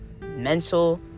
mental